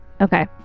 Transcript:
Okay